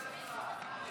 סעיפים